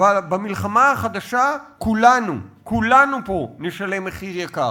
ובמלחמה החדשה כולנו, כולנו פה, נשלם מחיר יקר,